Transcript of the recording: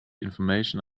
information